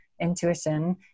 intuition